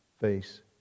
face